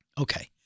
Okay